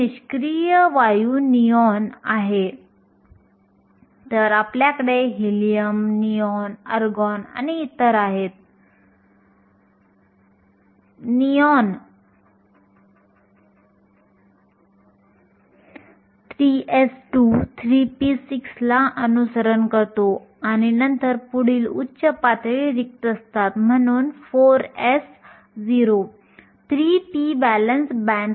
म्हणून इलेक्ट्रॉन आणि छिद्र जितके जास्त इलेक्ट्रॉन आणि छिद्रांच्या वाहकताचे प्रमाण जास्त असते आपण सिग्मा चिन्हाने वाहकता दर्शवू शकतो आणि मी एवढेच म्हणेन की जर प्रमाण वाढले तर सिग्मा देखील वाढेल